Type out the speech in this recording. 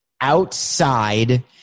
outside